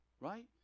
Right